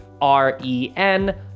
R-E-N